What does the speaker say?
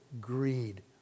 greed